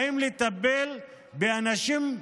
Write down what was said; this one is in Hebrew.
באים לטפל באנשים,